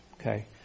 Okay